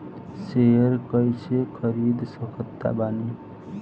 Share कइसे खरीद सकत बानी?